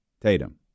Tatum